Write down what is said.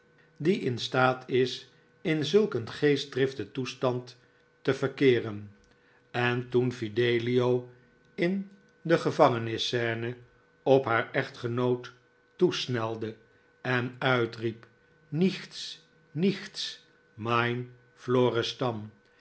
die in staat is in zulk een geestdriftigen toestand te verkeeren en toen fidelio in de gevangenisscene op haar echtgenoot toesnelde en uitriep nichts nichts mein